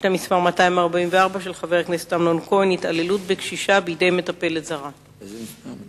חבר הכנסת כרמל שאמה שאל את שר הפנים ביום א' באב התשס"ט (22 ביולי